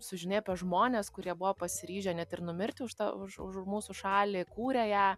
sužinai apie žmones kurie buvo pasiryžę net ir numirti už tą už už mūsų šalį kūrė ją